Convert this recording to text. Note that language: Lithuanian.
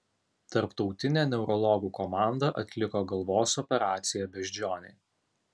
tarptautinė neurologų komanda atliko galvos operaciją beždžionei